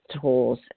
tools